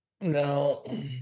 No